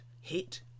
Hit